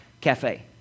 cafe